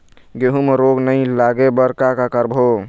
गेहूं म रोग नई लागे बर का का करबो?